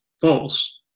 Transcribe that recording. false